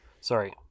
Sorry